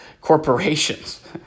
corporations